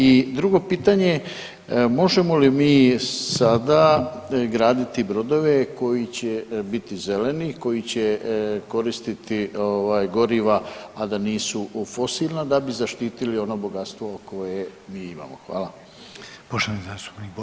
I drugo pitanje, možemo li mi sada graditi brodove koji će biti zeleni, koji će koristiti ovaj goriva, a da nisu fosilna da bi zaštitili ono bogatstvo koje mi imamo?